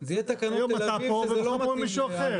היום אתה פה ומחר מישהו אחר,